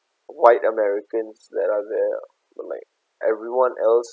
white americans that are there but like everyone else